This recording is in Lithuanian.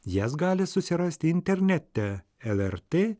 jas gali susirasti internete lrt